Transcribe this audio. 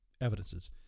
evidences